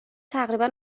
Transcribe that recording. تقریبا